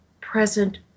present